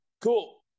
Cool